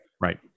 Right